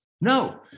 no